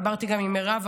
דיברתי גם עם מירב,